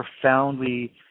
profoundly